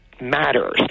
matters